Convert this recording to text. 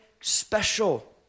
special